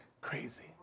crazy